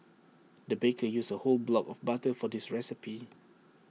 the baker used A whole block of butter for this recipe